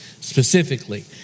specifically